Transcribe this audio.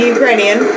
Ukrainian